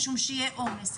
משום שיהיה עומס.